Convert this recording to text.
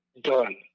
done